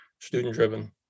student-driven